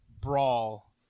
brawl